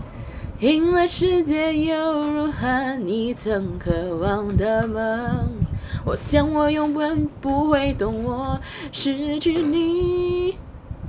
赢了世界又如何你曾渴望的梦我想我永远不会懂我失去你